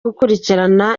gukurikirana